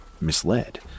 Misled